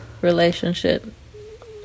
relationship